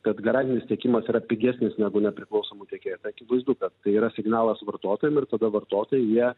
kad garantinis tiekimas yra pigesnis negu nepriklausomų tiekėjų akivaizdu kad tai yra signalas vartotojam ir tada vartotojai jie